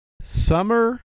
summer